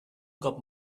cop